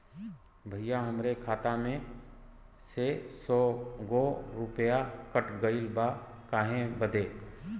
भईया हमरे खाता मे से सौ गो रूपया कट गइल बा काहे बदे?